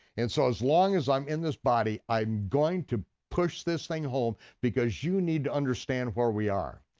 and so as long as i'm in this body i'm going to push this thing home because you need to understand where we are.